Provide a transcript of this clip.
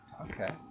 Okay